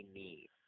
need